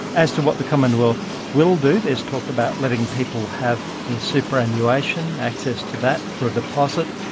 as to what the commonwealth will do, there is talk about letting people have their superannuation, access to that for a deposit.